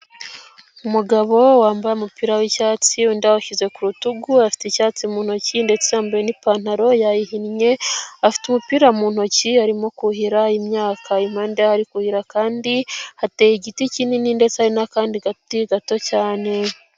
Umugabo wambaye umupira w'icyatsi undi yawushyize ku rutugu, afite icyatsi mu ntoki ndetse yambaye ni'pantaro yayihinnye afite umupira mu ntoki arimo kuhira imyaka impande ari kuhira kandi ateye igiti kinini ndetse ari n'akandi gati gato cyane.